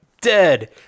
dead